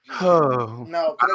no